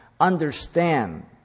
Understand